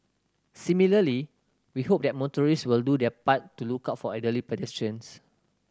similarly we hope that motorist will do their part to look out for elderly pedestrians